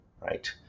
right